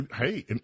Hey